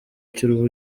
cy’u